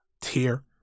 tier